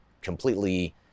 completely